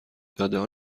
دادهها